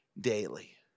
daily